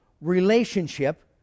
relationship